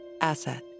Asset